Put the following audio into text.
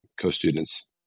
co-students